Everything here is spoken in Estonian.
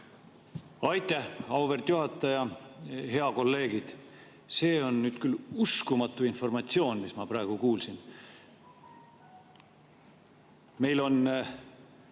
Aitäh, auväärt juhataja! Head kolleegid! See on nüüd küll uskumatu informatsioon, mis ma praegu kuulsin. Meil on